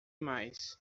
mais